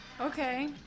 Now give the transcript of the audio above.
Okay